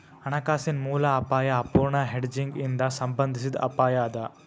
ಹಣಕಾಸಿನ ಮೂಲ ಅಪಾಯಾ ಅಪೂರ್ಣ ಹೆಡ್ಜಿಂಗ್ ಇಂದಾ ಸಂಬಂಧಿಸಿದ್ ಅಪಾಯ ಅದ